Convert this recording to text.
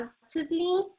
positively